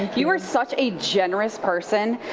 you're such a generous person.